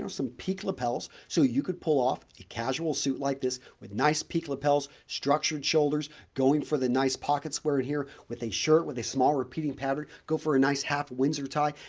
um some peak lapels, so you could pull off a casual suit like this. with nice peak lapels structured shoulders going for the nice pocket square in here with a shirt with a small repeating pattern, go for a nice half windsor tie.